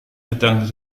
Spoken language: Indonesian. sedang